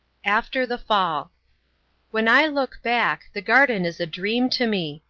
after the fall when i look back, the garden is a dream to me.